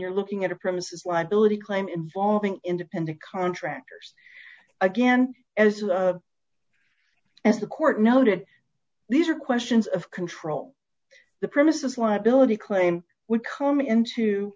you're looking at a premises why billeted claim involving independent contractors again as as the court noted these are questions of control the premises liability claim would come into